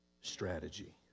strategy